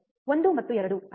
1 ಮತ್ತು 2 ಅಲ್ಲವೇ